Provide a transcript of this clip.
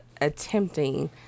attempting